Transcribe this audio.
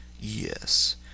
Yes